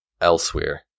Elsewhere